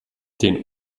den